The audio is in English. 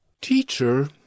Teacher